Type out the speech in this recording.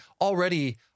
already